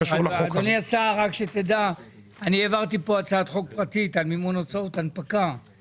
אדוני השר רק שתדע אני העברתי פה הצעת חוק פרטית על מימון הוצאות הנפקה,